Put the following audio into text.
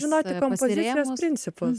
žinoti kompozicijos principus